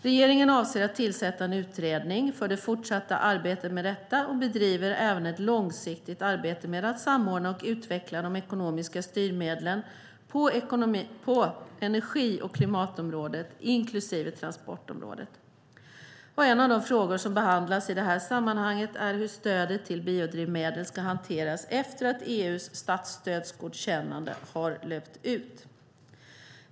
Regeringen avser att tillsätta en utredning för det fortsatta arbetet med detta, och bedriver även ett långsiktigt arbete med att samordna och utveckla de ekonomiska styrmedlen på energi och klimatområdet, inklusive transportområdet. En av de frågor som behandlas i detta sammanhang är hur stödet till biodrivmedel ska hanteras efter att EU:s statsstödsgodkännande har löpt ut.